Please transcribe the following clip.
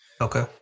Okay